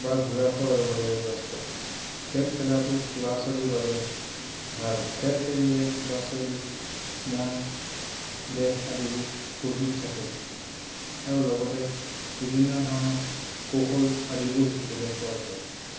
বা ঘূৰা ফুৰাৰ লগতে ব্যস্ত খেল খেলাটো ল'ৰা ছোৱালীৰ বাবে ভাল খেল খেলিলে ল'ৰা ছোৱালী মন দেহ আদিবোৰ ফুৰ্তিত থাকে আৰু লগতে বিভিন্ন ধৰণৰ কৌশল আদিবোৰ শিকিবলৈ পোৱা যায়